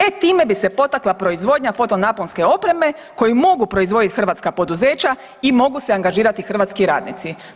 E time bi se potakla proizvodnja fotonaponske opreme koju mogu proizvoditi hrvatska poduzeća i mogu se angažirati hrvatski radnici.